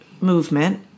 movement